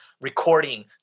recording